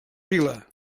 vila